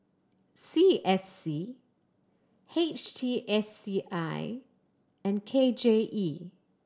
C S C H T S C I and K J E